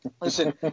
Listen